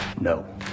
No